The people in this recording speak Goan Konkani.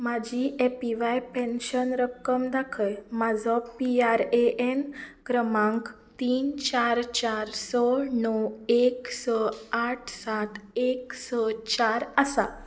म्हजी ए पि वाय पँशन रक्कम दाखय म्हजो पी आर ए एन क्रमांक तीन चार चार स णव एक स आठ सात एक स चार आसा